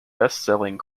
bestselling